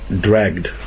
dragged